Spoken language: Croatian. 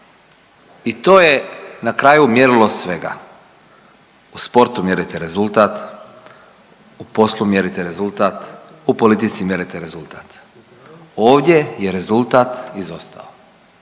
i to je na kraju mjerilo svega. U sportu mjerite rezultat, u poslu mjerite rezultat, u politici mjerite rezultat. Ovdje je rezultat izostao.